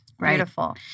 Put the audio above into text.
Beautiful